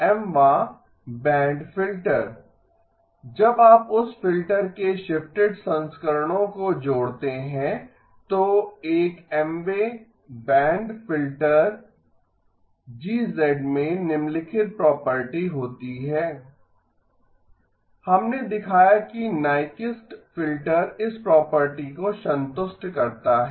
Mवां band filter जब आप उस फिल्टर के शिफ्टेड संस्करणों को जोड़ते हैं तो एक Mवें बैंड फ़िल्टर G में निम्नलिखित प्रॉपर्टी होती है हमने दिखाया कि नाइक्यूइस्ट फ़िल्टर इस प्रॉपर्टी को संतुष्ट करता है